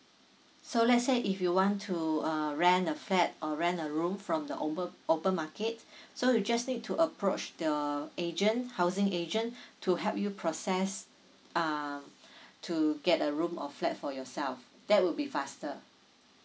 so let's say if you want to uh rent a flat or rent a room from the open market so you just need to approach the agent housing agent to help you process uh to get a room or flat for yourself that will be faster